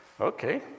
Okay